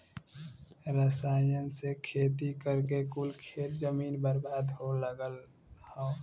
रसायन से खेती करके कुल खेत जमीन बर्बाद हो लगल हौ